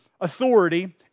authority